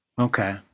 Okay